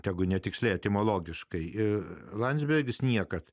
tegu netiksliai etimologiškai ir landsbergis niekad